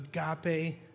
agape